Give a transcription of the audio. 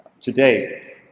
today